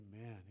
amen